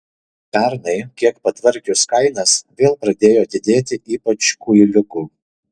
pernai kiek patvarkius kainas vėl pradėjo didėti ypač kuiliukų